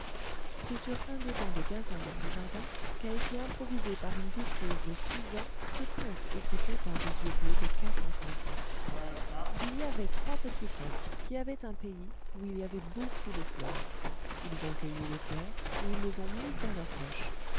c'est sur un des bancs de gazon de ce jardin qu'a été improvisé par une bouche rose de six ans ce conte écouté par des yeux bleus de quatre à cinq ans il y avait trois petits coqs qui avaient un pays où il y avait beaucoup de fleurs ils ont cueilli les fleurs et ils les ont mises dans leur poche